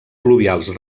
pluvials